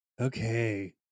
Okay